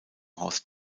horst